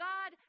God